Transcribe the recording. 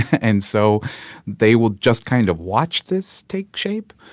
and so they will just kind of watch this take shape.